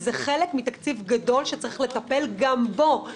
שזה חלק מתקציב גדול שצריך לטפל גם בו.